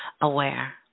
aware